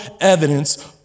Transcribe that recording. evidence